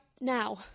now